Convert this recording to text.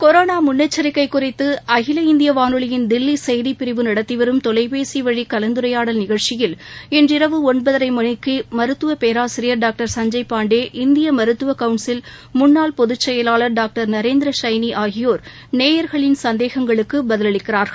corona முன்னெச்சரிக்கை குறித்து அகில இந்திய வானொலியின் தில்லி செய்திப்பிரிவு நடத்திவரும் தொலைபேசிவழி கலந்துரையாடல் நிகழ்ச்சியில் இன்றிரவு ஒன்பதரை மணிக்கு மருத்துவ பேராசிரியர் டாக்டர் சஞ்சய் பாண்டே இந்திய மருத்துவ கவுன்சில் முன்னாள் பொதுச்செயலாளர் டாக்டர் நரேந்திர சைனி ஆகியோர் நேயர்களின் சந்தேகங்களுக்கு பதிலளிக்கிறார்கள்